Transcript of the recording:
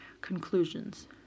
Conclusions